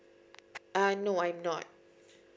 uh no I'm not